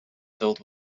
filled